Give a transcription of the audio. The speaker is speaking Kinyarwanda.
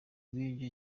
bw’ibyo